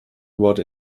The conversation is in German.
wurde